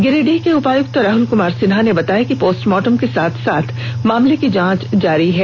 गिरिडीह के उपायुक्त राहुल कुमार सिन्हा ने बताया कि पोस्टमार्टम के साथ साथ मामले की जाँच जारी है